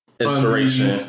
Inspiration